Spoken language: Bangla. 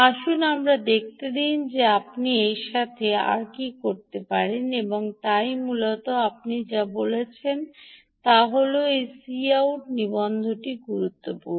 আসুন আমরা দেখতে দিন যে আপনি এর সাথে আর কী করতে পারেন এবং তাই মূলত আপনি যা বলছেন তা হল এই সি আউট নিবন্ধটি গুরুত্বপূর্ণ